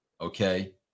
Okay